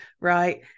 right